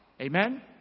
Amen